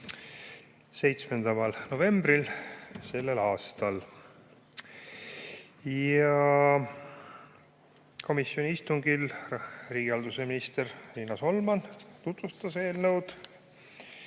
7. novembril sellel aastal. Komisjoni istungil riigihalduse minister Riina Solman tutvustas eelnõu.